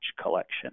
collection